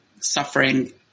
suffering